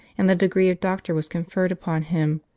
and the degree of doctor was conferred upon him,